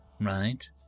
Right